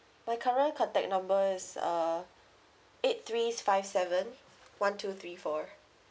my current contact number is uh eight three five seven one two three four